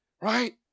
right